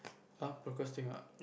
[huh] procrastinate